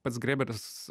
pats grėberis